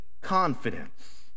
confidence